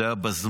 זה היה בזמן,